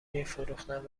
میفروختم